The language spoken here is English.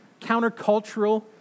countercultural